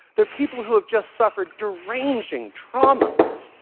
there are people who have just suffered deranging traumas,